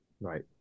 Right